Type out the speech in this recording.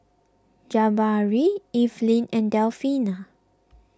Jabari Evelyn and Delfina